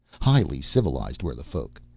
highly civilized were the folk.